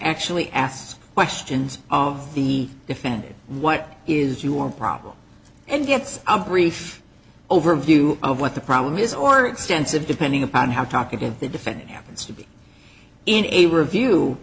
actually asked questions of the defendant what is your problem and gets our brief overview of what the problem is or extensive depending upon how talkative the defendant happens to be in a review